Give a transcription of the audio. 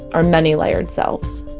our many layered selves